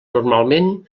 normalment